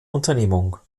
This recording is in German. unternehmung